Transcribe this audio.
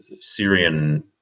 Syrian